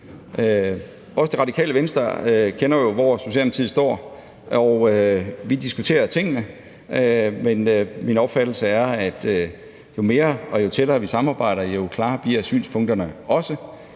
Det Radikale Venstre kender til, hvor Socialdemokratiet står, og vi diskuterer tingene, men min opfattelse er, at jo mere og jo tættere vi samarbejder, jo klarere bliver synspunkterne også.